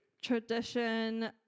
Tradition